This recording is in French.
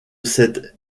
cet